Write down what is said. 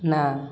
ନା